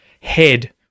head